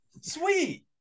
Sweet